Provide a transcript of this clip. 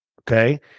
Okay